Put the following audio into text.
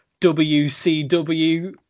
WCW